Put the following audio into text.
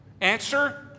Answer